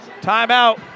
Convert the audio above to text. Timeout